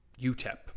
UTEP